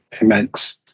immense